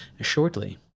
shortly